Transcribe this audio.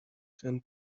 can